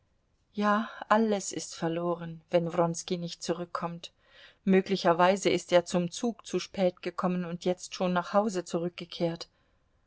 ja alles ist verloren wenn wronski nicht zurückkommt möglicherweise ist er zum zug zu spät gekommen und schon jetzt nach hause zurückgekehrt